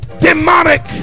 demonic